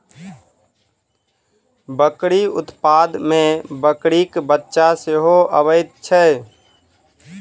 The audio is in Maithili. बकरी उत्पाद मे बकरीक बच्चा सेहो अबैत छै